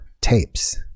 tapes